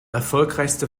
erfolgreichste